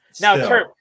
Now